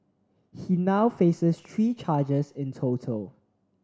he now faces three charges in total